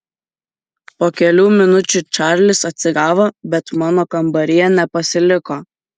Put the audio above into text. po kelių minučių čarlis atsigavo bet mano kambaryje nepasiliko